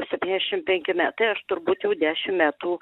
septyniasdešimt penki metai aš turbūt jau dešimt metų